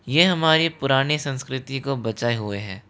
ये हमारी पुरानी संस्कृति को बचाए हुए है